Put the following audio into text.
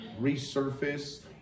resurface